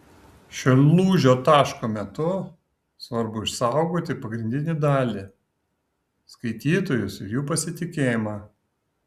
šiuo lūžio taško metu svarbu išsaugoti pagrindinį dalį skaitytojus ir jų pasitikėjimą